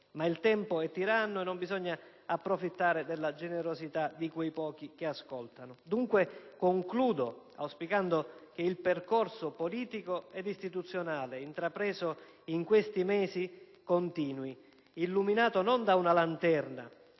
ma il tempo è tiranno e non bisogna approfittare della generosità di quei poche che ascoltano. Dunque, concludo auspicando che il percorso politico ed istituzionale intrapreso in questi mesi continui, illuminato non da una lanterna